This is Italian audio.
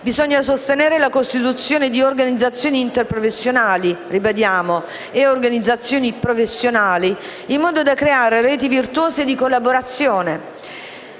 Bisogna sostenere la costituzione di organizzazioni interprofessionali e organizzazioni professionali, in modo da creare reti virtuose di collaborazione.